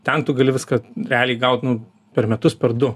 ten gali viską realiai gaut nu per metus per du